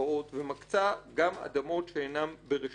ומקצה גם אדמות שאינן ברשותה.